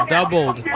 Doubled